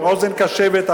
עם אוזן קשבת,